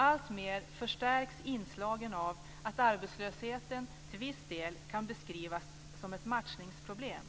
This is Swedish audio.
Alltmer förstärks inslagen av att arbetslösheten till viss del kan beskrivas som ett matchningsproblem,